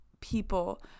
people